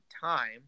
time